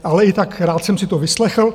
Ale i tak, rád jsem si to vyslechl.